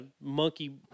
Monkey